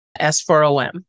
S4OM